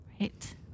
right